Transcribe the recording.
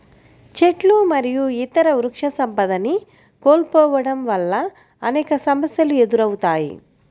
చెట్లు మరియు ఇతర వృక్షసంపదని కోల్పోవడం వల్ల అనేక సమస్యలు ఎదురవుతాయి